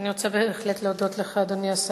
אני רוצה בהחלט להודות לך, אדוני השר,